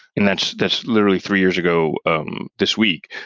and that's that's literally three years ago um this week,